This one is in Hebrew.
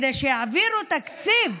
כדי שיעבירו תקציב,